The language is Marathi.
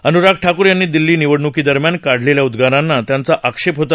अन्राग ठाकूर यांनी दिल्ली निवडण्कीदरम्यान काढलेल्या उद्गारांना त्यांचा आक्षेप होता